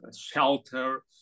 shelter